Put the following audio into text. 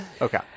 okay